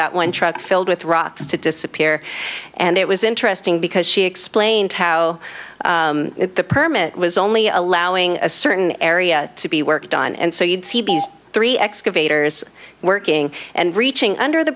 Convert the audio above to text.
that one truck filled with rocks to disappear and it was interesting because she explained how the permit was only allowing a certain area to be worked on and so you'd see these three excavators working and reaching under the